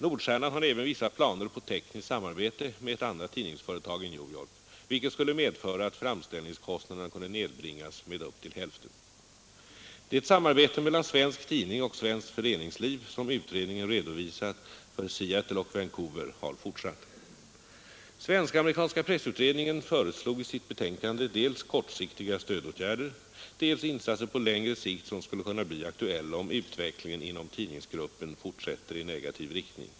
Nordstjernan har även vissa planer på tekniskt samarbete med ett annat tidningsföretag i New York, vilket skulle medföra att framställningskostnaderna kunde nedbringas med upp till hälften. Det samarbete mellan svensk tidning och svenskt föreningsliv som utredningen redovisat för Seattle och Vancouver har fortsatt. Svensk-amerikanska pressutredningen föreslår i sitt betänkande dels kortsiktiga stödåtgärder, dels insatser på längre sikt, som skulle kunna bli aktuella om utvecklingen inom tidningsgruppen fortsätter i negativ riktning.